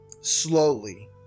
Slowly